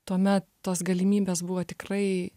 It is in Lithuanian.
tuomet tos galimybės buvo tikrai